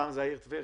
פעם זה העיר טבריה.